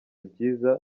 byiza